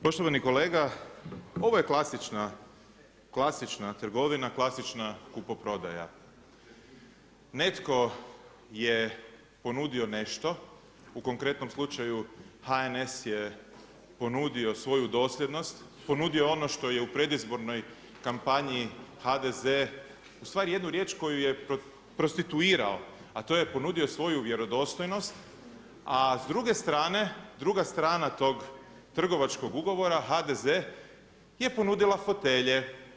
Poštovani kolega, ovo je klasična trgovina, klasična kupoprodaje, netko je ponudio nešto, u konkretnom slučaju HNS je ponudio svoju dosljednost, ponudio je ono što je u predizbornoj kampanji HDZ, ustvari jednu riječ koju je prostituirao, a to je ponudio je svoju vjerodostojnost, a s druge strane, druga strana tog trgovačkog ugovora, HDZ je ponudila fotelje.